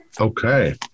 Okay